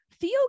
theo